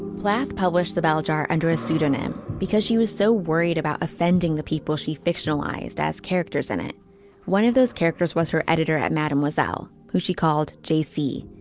plath published the bell jar under a pseudonym because she was so worried about offending the people she fictionalized as characters in it one of those characters was her editor at mademoiselle who she called j s.